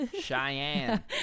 Cheyenne